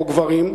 או גברים,